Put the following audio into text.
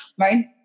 right